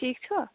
ٹھیٖک چھُوا